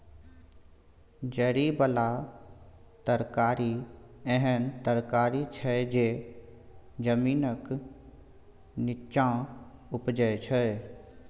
जरि बला तरकारी एहन तरकारी छै जे जमीनक नींच्चाँ उपजै छै